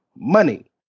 money